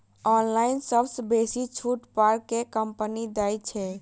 Online सबसँ बेसी छुट पर केँ कंपनी दइ छै?